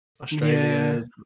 Australia